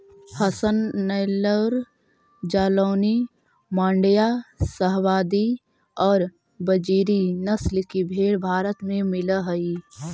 हसन, नैल्लोर, जालौनी, माण्ड्या, शाहवादी और बजीरी नस्ल की भेंड़ भारत में मिलअ हई